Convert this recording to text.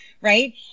right